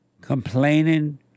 complaining